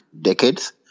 decades